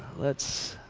let's